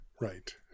right